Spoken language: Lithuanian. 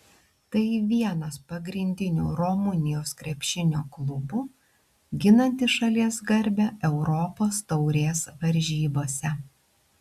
tai vienas pagrindinių rumunijos krepšinio klubų ginantis šalies garbę europos taurės varžybose